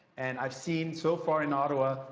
and i've seen so far in ottawa,